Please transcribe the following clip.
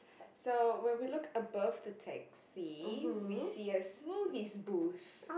so when we look above the taxi we see a smoothies booth